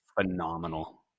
phenomenal